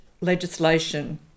legislation